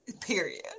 Period